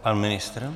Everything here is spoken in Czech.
Pan ministr?